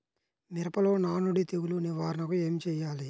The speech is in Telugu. మిరపలో నానుడి తెగులు నివారణకు ఏమి చేయాలి?